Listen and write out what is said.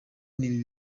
n’ibi